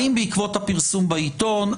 האם בעקבות הפרסום בעיתון,